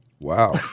Wow